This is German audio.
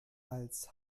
als